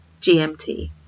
GMT